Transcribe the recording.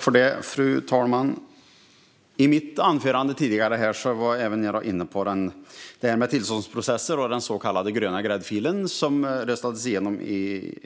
Fru talman! I mitt anförande här tidigare var även jag inne på detta med tillståndsprocesser och den så kallade gröna gräddfilen, som röstades igenom